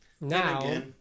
Now